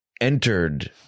entered